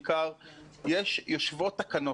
יושבות תקנות.